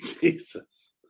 Jesus